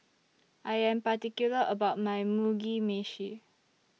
I Am particular about My Mugi Meshi